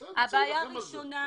בסדר, צריך להילחם על זה.